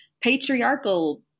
patriarchal